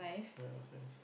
ya upstairs